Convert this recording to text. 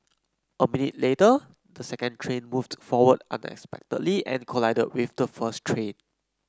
a minute later the second train moved forward unexpectedly and collided with the first train